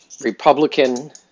Republican